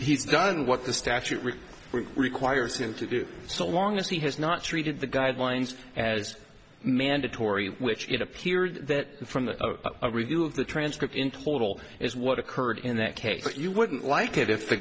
he's done what the statute requires him to do so long as he has not treated the guidelines as mandatory which it appears that from the review of the transcript in total is what occurred in that case but you wouldn't like it if the